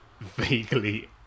vaguely